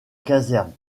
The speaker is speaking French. caserne